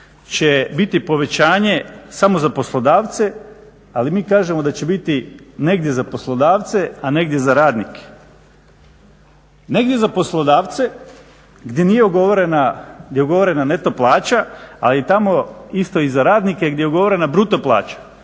će biti povećanje samo za poslodavce, ali mi kažemo da će biti negdje za poslodavce, a negdje za radnike. Negdje za poslodavce gdje je ugovorena neto plaća, a i tamo isto i za radnike gdje je ugovorena bruto plaća.